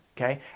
Okay